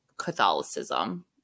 Catholicism